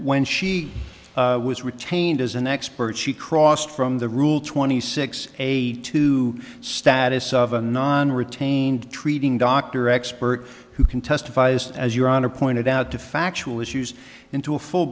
when she was retained as an expert she crossed from the rule twenty six eight to status of a non retained treating doctor expert who can testifies as your honor pointed out to factual issues into a full